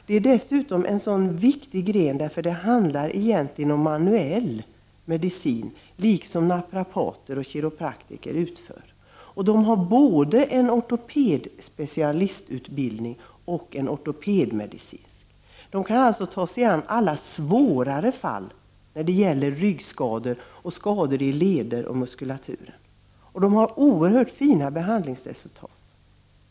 Det är en viktig gren, eftersom det handlar om en manuell medicin, liksom den naprapater och kiropraktiker utför. De har både en ortopedspecialistutbildning och en ortopedisk-medicinsk. De kan alltså ta sig an alla svårare fall, när det gäller ryggskador och skador i leder och muskulatur. De uppvisar oerhört fina behandlingsresultat.